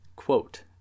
quote